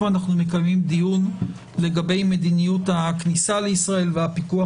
אנחנו מקיימים דיון לגבי מדיניות הכניסה לישראל והפיקוח